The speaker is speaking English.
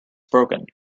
broken